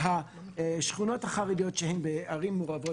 שהשכונות החרדיות שהן בערים מעורבות